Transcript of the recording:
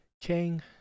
king